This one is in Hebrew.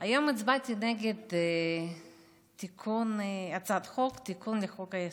היום הצבעתי נגד תיקון הצעת חוק,